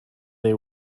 they